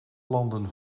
landen